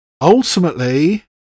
ultimately